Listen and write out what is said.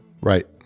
Right